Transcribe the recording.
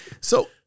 So-